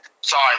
Sorry